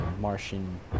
Martian